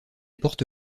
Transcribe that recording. porte